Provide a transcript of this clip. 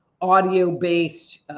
audio-based